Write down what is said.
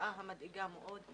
התופעה המדאיגה מאוד.